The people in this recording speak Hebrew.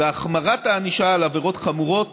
החמרת הענישה על העבירות החמורות